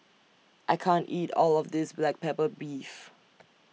I can't eat All of This Black Pepper Beef